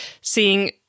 seeing